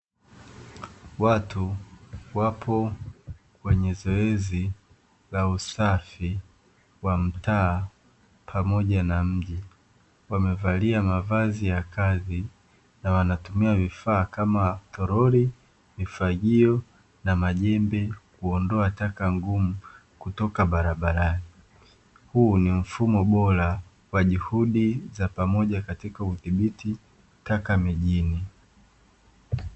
Watu wapo kwenye zoezi la usafi wa mtaa pamoja na mji, wamevalia mavazi ya kazi na wanatumia vifaa kama toroli, mifagio na majembe ya kuondoa taka mgumu kutoka barabarani. Huu ni mfumo bora kwa juhudi za pamoja katika udhibiti taka mijini.